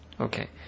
Okay